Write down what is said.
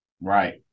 Right